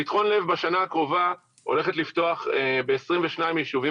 פתחון לב בשנה הקרובה הולכת לפתוח ב-22 יישובים